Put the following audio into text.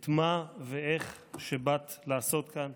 את מה ואיך שבאת לעשות כאן.